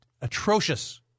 atrocious